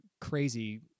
crazy